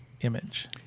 image